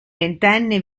ventenne